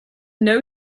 know